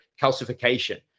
calcification